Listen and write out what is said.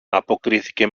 αποκρίθηκε